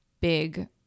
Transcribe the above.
big